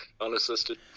unassisted